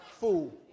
Fool